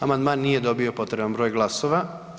Amandman nije dobio potreban broj glasova.